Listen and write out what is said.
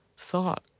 Thought